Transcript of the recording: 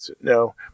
No